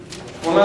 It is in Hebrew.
סביבתית,